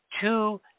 two